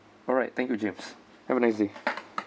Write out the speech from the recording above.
alright thank you james have a nice day